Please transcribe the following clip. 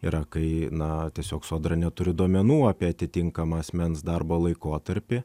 yra kai na tiesiog sodra neturi duomenų apie atitinkamą asmens darbo laikotarpį